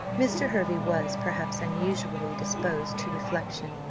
mr. hervey was, perhaps unusually, disposed to reflection,